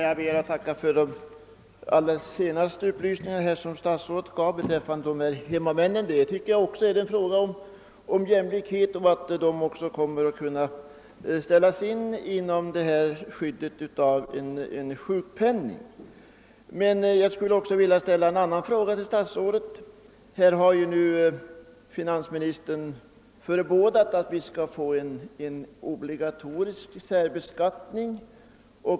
Jag ber att få tacka för den allra senaste upplysningen som statsrådet lämnade beträffande hemmamännen. Det är ju en fråga om jämlikhet att också de får del av det skydd som en sjukpenning kan ge. Jag skulle också vilja ställa en annan fråga till statsrådet. Finansministern har förebådat att vi skall få en obligatorisk särbeskattning.